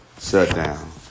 shutdown